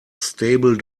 stable